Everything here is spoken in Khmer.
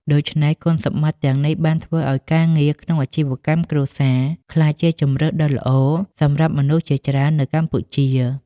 ដូច្នេះ គុណសម្បត្តិទាំងនេះបានធ្វើឱ្យការងារក្នុងអាជីវកម្មគ្រួសារក្លាយជាជម្រើសដ៏ល្អសម្រាប់មនុស្សជាច្រើននៅកម្ពុជា។